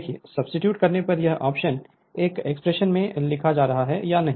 देखिए सब्सीट्यूट करने पर यह ऑप्शन इस एक्सप्रेशन में मिल रहा है या नहीं